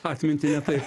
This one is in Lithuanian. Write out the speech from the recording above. atmintį ne taip